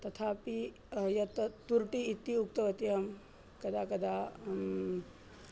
तथापि यत् तुर्टी इति उक्तवती अहं कदा कदा